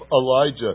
Elijah